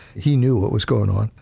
he knew what was going on.